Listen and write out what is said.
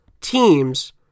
teams